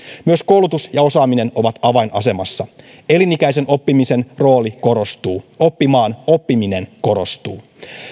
myös koulutus ja osaaminen ovat avainasemassa elinikäisen oppimisen rooli korostuu oppimaan oppiminen korostuu